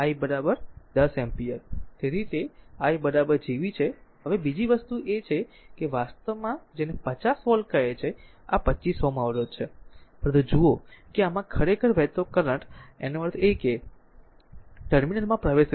તેથી તે i Gv છે હવે બીજી વસ્તુ એ છે કે વાસ્તવમાં r જેને આ 50 વોલ્ટ કહે છે અને આ 25 Ω અવરોધ છે પરંતુ જુઓ કે આમાં ખરેખર વહેતો કરંટ નો અર્થ એ છે કે ટર્મિનલમાં પ્રવેશે છે